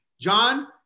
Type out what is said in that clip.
John